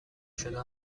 شده